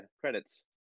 credits